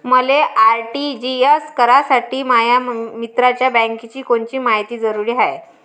मले आर.टी.जी.एस करासाठी माया मित्राच्या बँकेची कोनची मायती जरुरी हाय?